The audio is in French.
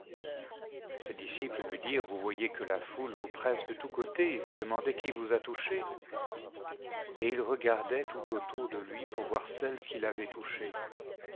ses disciples lui dirent vous voyez que la foule vous presse de tous côtés et vous demandez qui vous a touché et il regardait tout autour de lui pour voir celle qui l'avait touché